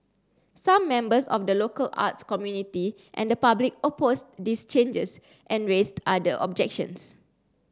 some members of the local arts community and the public opposed these changes and raised other objections